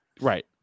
right